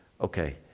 Okay